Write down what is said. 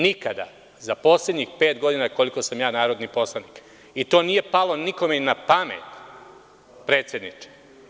Nikada za poslednjih pet godina koliko sam ja narodni poslanik, i to nije palo nikome ni na pamet, predsedniče.